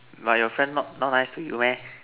but your friend not not nice to you meh